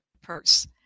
purse